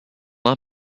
not